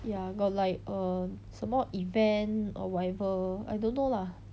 ya got like err 什么 event or whatever I don't know lah